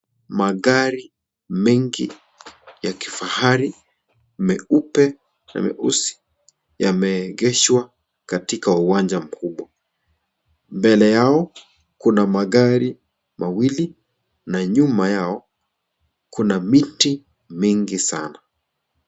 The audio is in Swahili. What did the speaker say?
Magari mengi ya kifahari, meupe na meusi, yameegeshwa katika uwanja mkubwa. Mbele yao kuna magari mawili na nyuma yao kuna miti mingi sana.